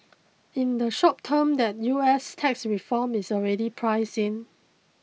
in the short term the US tax reform is already priced in